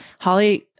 Holly